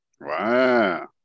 Wow